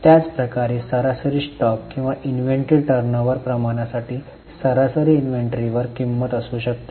त्याच प्रकारे सरासरी स्टॉक किंवा इन्व्हेंटरी टर्नओव्हर प्रमाणासाठी सरासरी इन्व्हेंटरीवर किंमत असू शकते